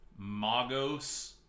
magos